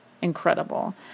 incredible